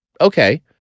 Okay